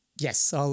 Yes